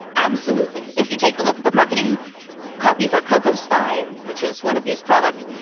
absolutely. if you take a look at the marketing copy for cocospy, which is one of these products,